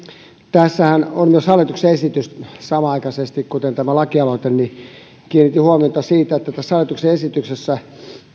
tässähän on myös hallituksen esitys samanaikaisesti kuin tämä lakialoite ja kiinnitin huomiota siihen että tässä hallituksen esityksessä